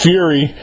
Fury